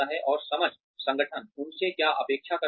और समझ संगठन उनसे क्या अपेक्षा करता है